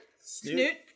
snoot